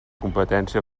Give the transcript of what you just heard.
competència